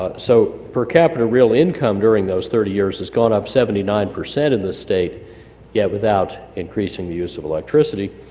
ah so per capital real income during those thirty years has gone up seventy nine percent in this state yet yeah without increasing the use of electricity,